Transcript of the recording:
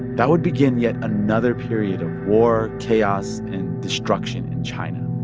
that would begin yet another period of war, chaos and destruction in china